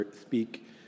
speak